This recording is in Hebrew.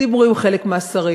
דיברו עם חלק מהשרים,